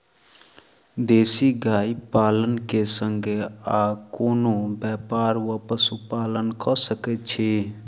देसी गाय पालन केँ संगे आ कोनों व्यापार वा पशुपालन कऽ सकैत छी?